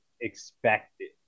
expected